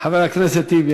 חבר הכנסת טיבי,